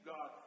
God